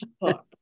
book